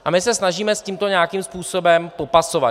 A my se snažíme s tímto nějakým způsobem popasovat.